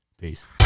peace